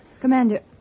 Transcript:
Commander